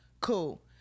Cool